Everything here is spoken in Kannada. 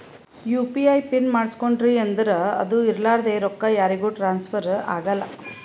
ಯು ಪಿ ಐ ಪಿನ್ ಮಾಡುಸ್ಕೊಂಡ್ರಿ ಅಂದುರ್ ಅದು ಇರ್ಲಾರ್ದೆ ರೊಕ್ಕಾ ಯಾರಿಗೂ ಟ್ರಾನ್ಸ್ಫರ್ ಆಗಲ್ಲಾ